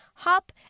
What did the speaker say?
Hop